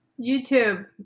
youtube